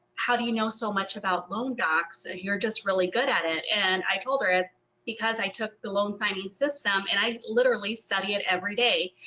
how do you know so much about loan docs? you're just really good at it. and i told her it's because i took the loan signing system and i literally study it every day.